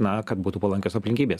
na kad būtų palankios aplinkybės